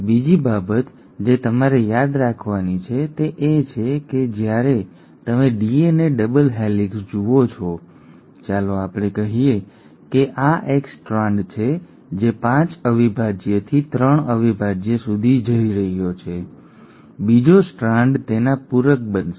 બીજી બાબત જે તમારે યાદ રાખવાની છે તે એ છે કે જ્યારે તમે ડીએનએ ડબલ હેલિક્સ જુઓ છો ચાલો આપણે કહીએ કે આ એક સ્ટ્રાન્ડ છે જે 5 અવિભાજ્યથી 3 અવિભાજ્ય સુધી જઈ રહ્યો છે બીજો સ્ટ્રાન્ડ તેના પૂરક બનશે